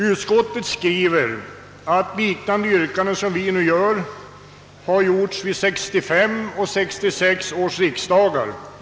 Utskottet framhåller att yrkanden liknande det nu framförda gjorts vid 1965 och 1966 års riksdagar.